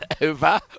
Over